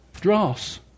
Dross